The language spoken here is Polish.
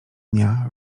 dnia